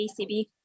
ACB